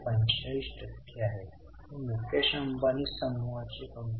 plus taxation O